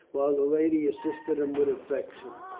while the lady assisted him with affection.